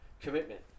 commitment